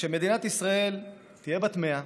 כשמדינת ישראל תהיה בת 100,